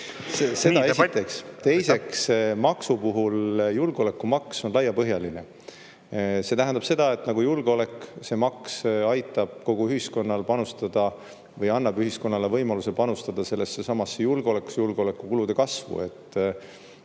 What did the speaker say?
debatt … Teiseks, maksu puhul – julgeolekumaks on laiapõhjaline. See tähendab seda, et see maks aitab kogu ühiskonnal panustada või annab ühiskonnale võimaluse panustada sellessesamasse julgeolekusse või julgeolekukulude kasvu.